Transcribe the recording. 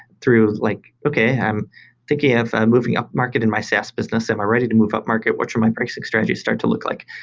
through like, okay. i'm thinking of moving upmarket in my saas business. am i ready to move upmarket? what should my practice strategy start to look like?